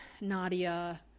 Nadia